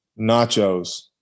Nachos